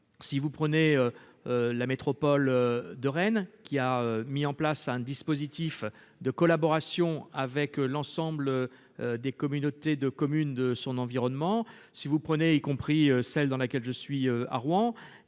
si vous prenez la métropole de Rennes qui a mis en place un dispositif de collaboration avec l'ensemble des communautés de communes, de son environnement, si vous prenez, y compris celle dans laquelle je suis à Rouen,